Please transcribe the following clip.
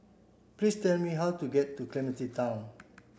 please tell me how to get to Clementi Town